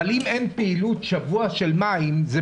אבל אם פעילות של מים במשך שבוע,